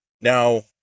Now